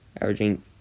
Averaging